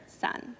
son